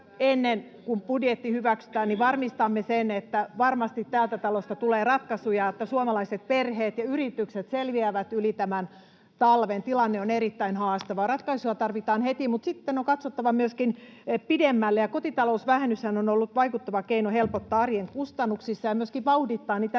ennen kuin budjetti hyväksytään on se, että varmistamme, että varmasti täältä talosta tulee ratkaisuja, joilla suomalaiset perheet ja yritykset selviävät yli tämän talven. Tilanne on erittäin haastava, ratkaisua tarvitaan heti, mutta sitten on katsottava myöskin pidemmälle. Kotitalousvähennyshän on ollut vaikuttava keino helpottaa arjen kustannuksissa ja myöskin vauhdittaa niitä